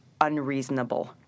unreasonable